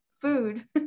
food